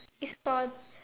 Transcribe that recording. it's porn